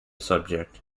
subject